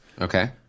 Okay